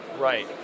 Right